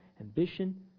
ambition